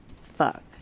fuck